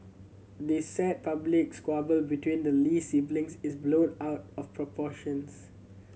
this sad public squabble between the Lee siblings is blown out of proportions